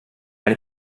eine